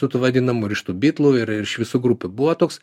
tų vadinamų ir iš tų bitlų ir iš visų grupių buvo toks